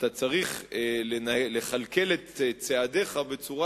אתה צריך לכלכל את צעדיך בצורה